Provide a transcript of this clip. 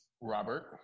Robert